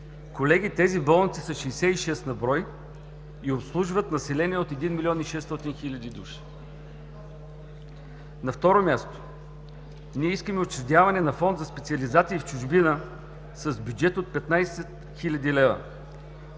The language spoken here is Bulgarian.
Колеги, тези болници са 66 на брой и обслужват население от 1 млн. 600 хил. души. На второ място, искаме учредяване на Фонд за специализации в чужбина с бюджет от 15 хил. лв.